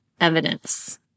evidence